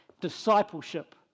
discipleship